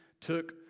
took